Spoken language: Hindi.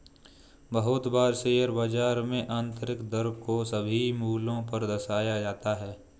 बहुत बार शेयर बाजार में आन्तरिक दर को सभी मूल्यों पर दर्शाया जाता है